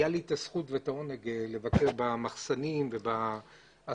הייתה לי הזכות והעונג לבקר במחסנים ולראות